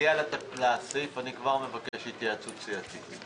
כשנגיע לסעיף אני כבר מבקש התייעצות סיעתית.